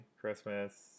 Christmas